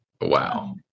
wow